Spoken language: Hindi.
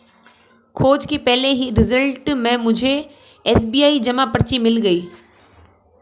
खोज के पहले ही रिजल्ट में मुझे एस.बी.आई जमा पर्ची मिल गई